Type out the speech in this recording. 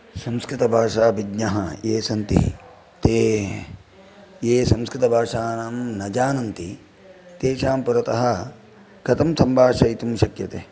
संस्कृतभाषाभिज्ञः ये सन्ति ते ये संस्कृतभाषाणां न जानन्ति तेषां पुरतः कथं सम्भाषयितुं शक्यते